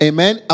Amen